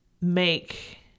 make